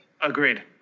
Agreed